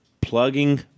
plugging